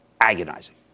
Agonizing